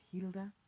Hilda